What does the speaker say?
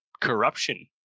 corruption